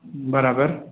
बराबरि